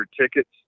tickets